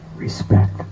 Respect